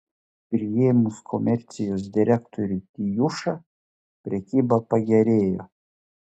priėmus komercijos direktorių tijušą prekyba pagerėjo